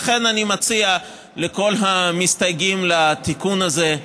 לכן אני מציע לכל המסתייגים לתיקון הזה: